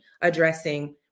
addressing